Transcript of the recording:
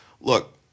look